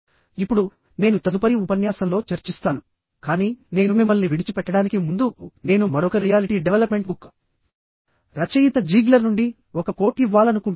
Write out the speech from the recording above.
ఇప్పుడు నేను తదుపరి ఉపన్యాసంలో చర్చిస్తానుకానీ నేను మిమ్మల్ని విడిచిపెట్టడానికి ముందు నేను మరొక రియాలిటీ డెవలప్మెంట్ బుక్ రచయిత జీగ్లర్ నుండి ఒక కోట్ ఇవ్వాలనుకుంటున్నాను